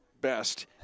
best